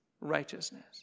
righteousness